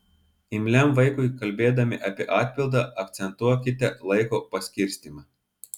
imliam vaikui kalbėdami apie atpildą akcentuokite laiko paskirstymą